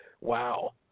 Wow